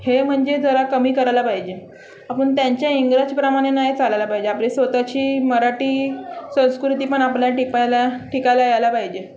हे म्हणजे जरा कमी करायला पाहिजे आपण त्यांच्या इंग्रजप्रमाने नाही चालायला पाहिजे आपली स्वतःची मराठी संस्कृती पण आपल्या ठिपायला टिकायला यायला पाहिजे